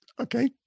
Okay